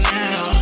now